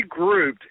regrouped